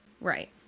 Right